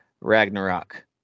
Ragnarok